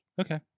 Okay